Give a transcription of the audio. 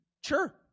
Sure